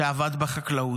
שעבד בחקלאות,